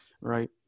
right